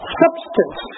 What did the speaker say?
substance